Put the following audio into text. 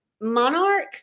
Monarch